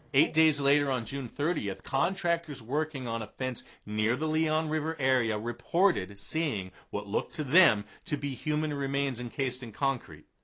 eight days later on june thirtieth, contractors working on a fence near the leon river area reported seeing what looked to them to be human remains encased in concrete.